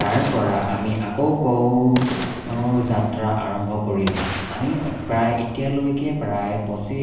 তাৰপৰা আমি আকৌ কৌ যাত্ৰা আৰম্ভ কৰিলোঁ আমি প্ৰায় এতিয়ালৈকে প্ৰায় পঁচি